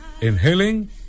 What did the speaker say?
inhaling